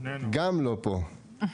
גם לא פה.